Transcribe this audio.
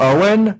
Owen